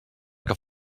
que